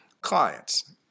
clients